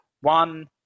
one